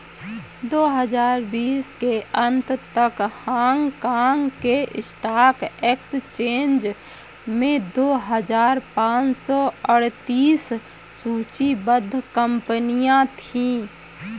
दो हजार बीस के अंत तक हांगकांग के स्टॉक एक्सचेंज में दो हजार पाँच सौ अड़तीस सूचीबद्ध कंपनियां थीं